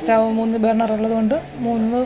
stove മൂന്ന് burner ഉള്ളത് കൊണ്ട് മൂന്ന്